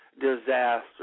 disaster